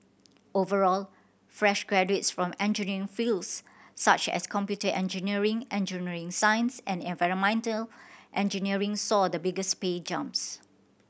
overall fresh graduates from engineering fields such as computer engineering engineering science and environmental engineering saw the biggest pay jumps